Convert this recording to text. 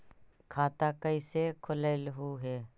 खाता कैसे खोलैलहू हे?